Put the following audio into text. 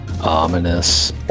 ominous